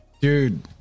Dude